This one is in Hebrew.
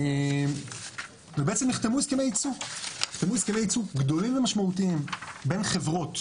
בעצם נחתמו הסכמי ייצוא גדולים ומשמעותיים בין חברות